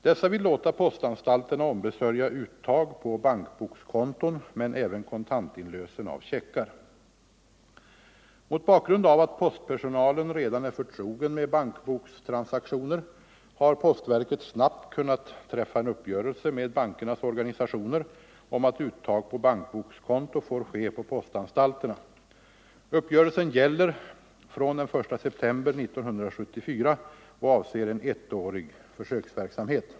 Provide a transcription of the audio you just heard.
Dessa vill låta postanstalterna ombesörja uttag på bankbokskonton men även kontantinlösen av checkar. Mot bakgrund av att postpersonalen redan är förtrogen med bankbokstransaktioner har postverket snabbt kunnat träffa en uppgörelse med bankernas organisationer om att uttag på bankbokskonto får ske på postanstalterna. Uppgörelsen gäller från den 1 september 1974 och avser en ettårig försöksverksamhet.